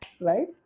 Right